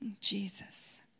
Jesus